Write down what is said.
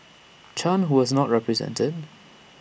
chan who was not represented